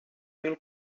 mil